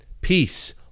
peace